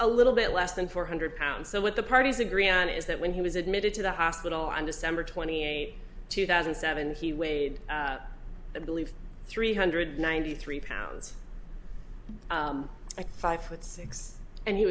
a little bit less than four hundred pounds so what the parties agree on is that when he was admitted to the hospital on december twenty eighth two thousand and seven he weighed a believe three hundred ninety three pounds five foot six and he